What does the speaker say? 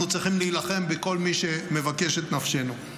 אנחנו צריכים להילחם בכל מי שמבקש את נפשנו.